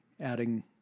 adding